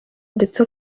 ndetse